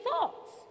thoughts